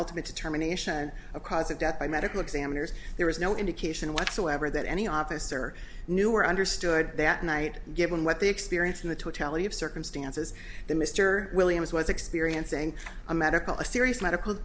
ultimate determination and a cause of death by medical examiners there is no indication whatsoever that any officer knew or understood that night given what they experienced in the totality of circumstances that mr williams was experiencing a medical a serious medical